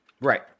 Right